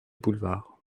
boulevard